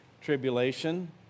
tribulation